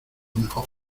mejor